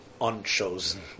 unchosen